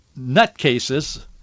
nutcases